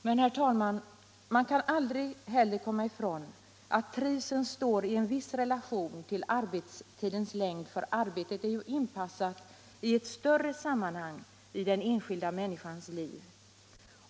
Men, herr talman, man kan heller aldrig komma ifrån att trivseln står i en viss relation till arbetstidens längd, för arbetet är ju inpassat i ett större sammanhang i den enskilda människans liv.